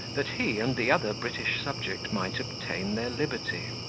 that he and the other british subject might obtain their liberty.